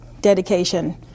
dedication